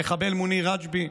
המחבל מוניר רג'בי,